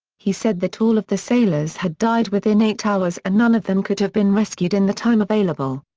he said that all of the sailors had died within eight hours and none of them could have been rescued in the time available.